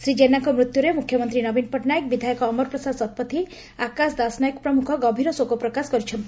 ଶ୍ରୀ ଜେନାଙ୍କ ମୃତ୍ୟୁରେ ମୁଖ୍ୟମନ୍ତୀ ନବୀନ ପଟ୍ଟନାୟକ ବିଧାୟକ ଅମର ପ୍ରସାଦ ଶତପଥୀ ଆକାଶ ଦାସନାୟକ ପ୍ରମୁଖ ଗଭୀର ଶୋକପ୍ରକାଶ କରିଛନ୍ତି